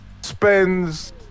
Spends